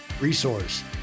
resource